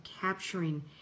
capturing